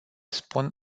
spun